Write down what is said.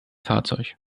fahrzeug